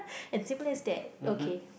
as simple as that okay